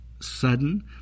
sudden